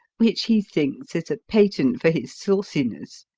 which he thinks is a patent for his sauciness